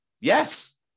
Yes